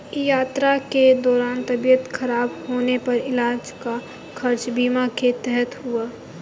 यात्रा के दौरान तबियत खराब होने पर इलाज का खर्च बीमा के तहत हुआ